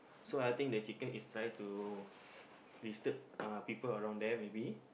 so I think the chicken is trying to disturb uh people around there maybe